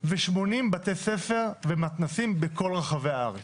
ו-80 בתי ספר ומתנ"סים בכל רחבי הארץ.